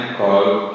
called